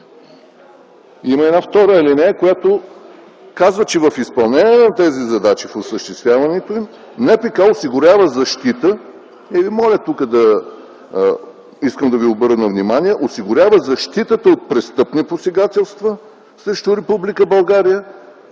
Има и една втора алинея, която казва, че: „В изпълнение на тези задачи и в осъществяването им НПК осигурява защитата – и тук Ви моля и искам да ви обърна внимание – защитата от престъпни посегателства срещу